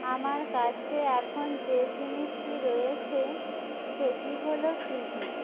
আমার কাছে এখন যে জিনিসটি রয়েছে সেটি হল টিভি